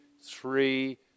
three